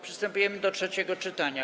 Przystępujemy do trzeciego czytania.